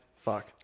fuck